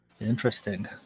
Interesting